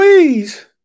please